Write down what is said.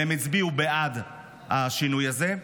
והם הצביעו בעד השינוי הזה,